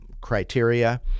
criteria